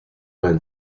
vingt